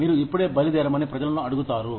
మీరు ఇప్పుడే బయలుదేరమని ప్రజలను అడుగుతారు